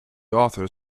author